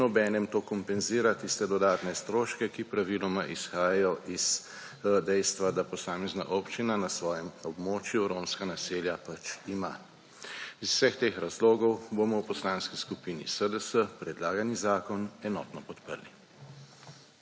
in obenem to kompenzira tiste dodatne stroške, ki praviloma izhajajo iz dejstva, da posamezna občina na svojem območju romska naselja pač ima. Iz vseh teh razlogov bomo v Poslanski skupini SDS predlagani zakon enotno podprli.